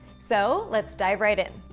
so let's dive right in.